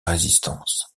résistance